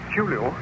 Julio